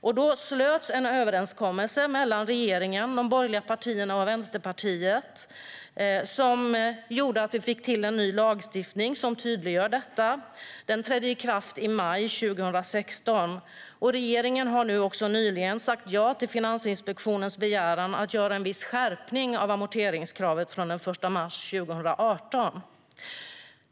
Då slöts en överenskommelse mellan regeringen, de borgerliga partierna och Vänsterpartiet som gjorde att vi fick till en ny lagstiftning som tydliggör detta. Den trädde i kraft i maj 2016. Regeringen har också nyligen sagt ja till Finansinspektionens begäran att införa en viss skärpning av amorteringskravet från den 1 mars 2018.